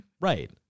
Right